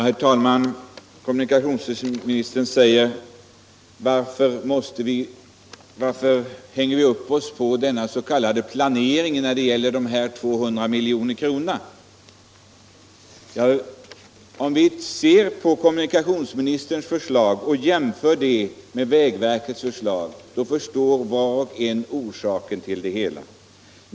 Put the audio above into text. Herr talman! Kommunikationsministern frågar. Varför hänger ni upp er på den s.k. planeringen när det gäller dessa 200 milj.kr.? Ja, om man jämför kommunikationsministerns förslag med vägverkets, förstår var och en orsaken till det hela.